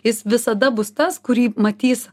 jis visada bus tas kurį matys